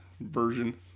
version